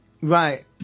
Right